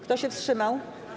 Kto się wstrzymał?